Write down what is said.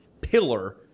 pillar